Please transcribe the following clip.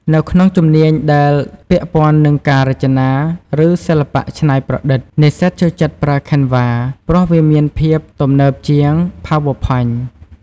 នៅក្នុងជំនាញដែលពាក់ព័ន្ធនឹងការរចនា ឬ សិល្បៈច្នៃប្រឌិត និស្សិតចូលចិត្តប្រើ Canva ព្រោះវាមានភាពទំនើបជាង PowerPoint។